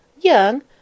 Young